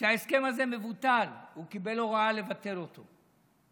שההסכם הזה מבוטל, הוא קיבל הוראה לבטל אותו.